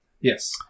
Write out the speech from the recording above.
Yes